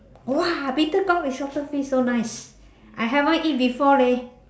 !wah! bittergourd with salted fish so nice I haven't eat before leh